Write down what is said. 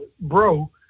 bro